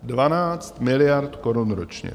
Dvanáct miliard korun ročně.